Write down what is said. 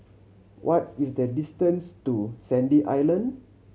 what is the distance to Sandy Island